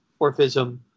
orphism